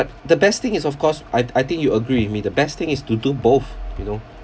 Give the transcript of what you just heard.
the best thing is of course I I think you agree with me the best thing is to do both you know